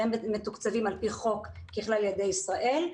שהם מתוקצבים על פי חוק ככלל ילדי ישראל,